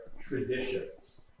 traditions